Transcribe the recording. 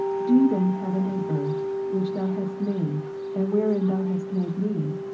do then heaven and earth, which thou hast made, and wherein thou hast made me,